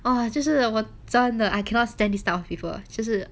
!wow! 就是我真的 I cannot stand this type of people 就是